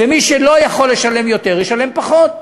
ומי שלא יכול לשלם יותר, ישלם פחות.